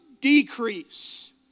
decrease